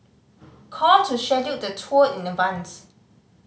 call to schedule the tour in advance